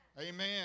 Amen